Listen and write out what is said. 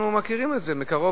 אנחנו מכירים את זה מקרוב,